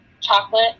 chocolate